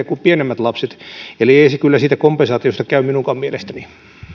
kuin pienemmät lapset eli ei se kyllä siitä kompensaatiosta käy minunkaan mielestäni